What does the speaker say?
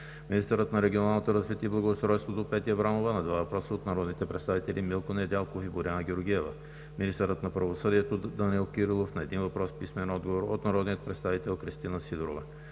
министърът на регионалното развитие и благоустройството Петя Аврамова – на два въпроса от народните представители Милко Недялков; и Боряна Георгиева; - министърът на правосъдието Данаил Кирилов – на един въпрос с писмен отговор от народния представител Кристина Сидорова;